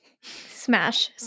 Smash